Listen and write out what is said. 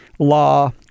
law